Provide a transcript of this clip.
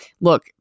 look